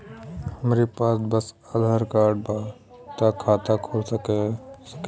हमरे पास बस आधार कार्ड बा त खाता खुल सकेला?